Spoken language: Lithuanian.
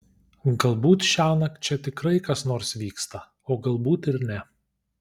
galbūt šiąnakt čia tikrai kas nors vyksta o galbūt ir ne